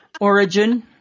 Origin